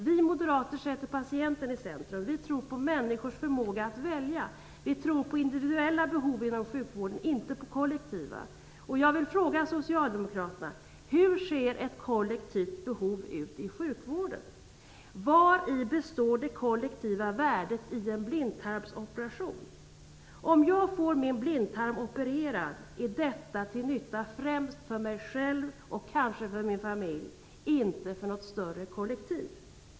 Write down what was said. Vi moderater sätter patienten i centrum. Vi tror på människors förmåga att välja. Vi tror på individuella behov inom sjukvården och inte på kollektiva. Jag vill fråga socialdemokraterna hur ett kollektivt behov i sjukvården ser ut. Vari består det kollektiva värdet i en blindtarmsoperation? Om jag får min blindtarm opererad är detta främst till nytta för mig själv och kanske för min familj, inte för något större kollektiv. Herr talman!